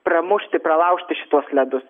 pramušti pralaužti šituos ledus